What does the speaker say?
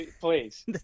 Please